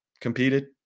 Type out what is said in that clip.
competed